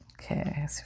okay